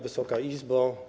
Wysoka Izbo!